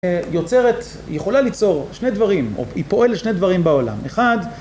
יוצרת יכולה ליצור שני דברים או היא פועל לשני דברים בעולם אחד